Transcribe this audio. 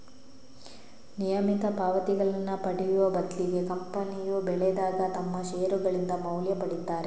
ನಿಯಮಿತ ಪಾವತಿಗಳನ್ನ ಪಡೆಯುವ ಬದ್ಲಿಗೆ ಕಂಪನಿಯು ಬೆಳೆದಾಗ ತಮ್ಮ ಷೇರುಗಳಿಂದ ಮೌಲ್ಯ ಪಡೀತಾರೆ